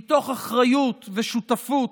מתוך אחריות ושותפות,